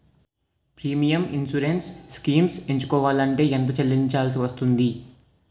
Premium insurance schemes ఎంచుకోవలంటే ఎంత చల్లించాల్సివస్తుంది??